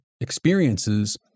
experiences